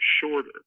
shorter